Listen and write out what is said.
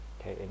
okay